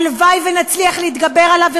הלוואי שנצליח להתגבר עליו,